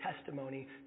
testimony